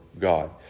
God